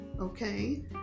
okay